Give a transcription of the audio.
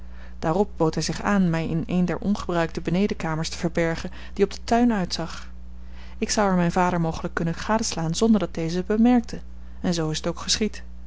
daarop bood hij zich aan mij in een der ongebruikte benedenkamers te verbergen die op den tuin uitzag ik zou er mijn vader mogelijk kunnen gadeslaan zonder dat deze het bemerkte en zoo is het ook geschied